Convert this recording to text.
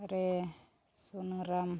ᱨᱮ ᱥᱩᱱᱟᱹᱨᱟᱢ